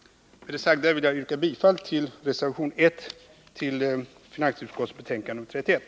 Med det sagda yrkar jag bifall till reservation 1 till finansutskottets betänkande nr 31.